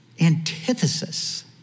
antithesis